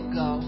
go